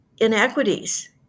inequities